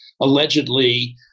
allegedly